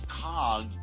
cog